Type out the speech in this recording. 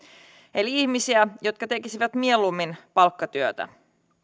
eli ihmisiä jotka tekisivät mieluummin palkkatyötä